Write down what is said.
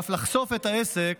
ואף לחשוף את העסק